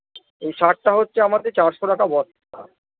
এই সারটা হচ্ছে আমাদের চারশো টাকা বস্তা